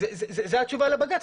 זו התשובה לבג"צ.